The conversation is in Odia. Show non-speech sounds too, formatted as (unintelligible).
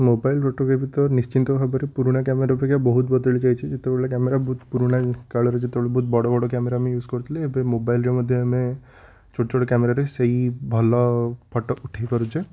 ମୋବାଇଲରେ (unintelligible) ଏବେ ତ ନିଶ୍ଚିନ୍ତ ଭାବରେ ପୁରୁଣା କ୍ୟାମେରା ଅପେକ୍ଷା ବହୁତ ବଦଳି ଯାଇଛି ଯେତେବେଳେ କ୍ୟାମେରା ବହୁତ ପୁରୁଣା କାଳରେ ଯେତେବେଳେ ବହୁତ ବଡ଼ ବଡ଼ କ୍ୟାମେରା ଆମେ ୟୁଜ୍ କରୁଥିଲେ ଆମେ ମୋବାଇଲରେ ମଧ୍ୟ ଆମେ ଛୋଟ ଛୋଟ କ୍ୟାମେରାରେ ସେଇ ଭଲ ଫୋଟୋ ଉଠେଇ ପାରୁଛେ